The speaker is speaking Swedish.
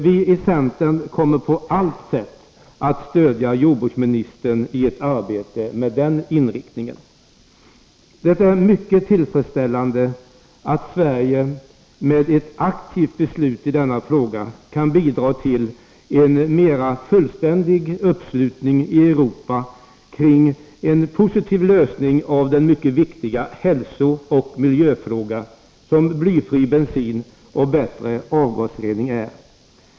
Vi i centern kommer på allt sätt att stödja jordbruksministern i ett arbete med den inriktningen. Det är mycket tillfredsställande att Sverige med ett aktivt beslut i denna fråga kan bidra till en mera fullständig uppslutning i Europa kring en positiv lösning av den mycket viktiga hälsooch miljöfråga som blyfri bensin och bättre avgasrening är.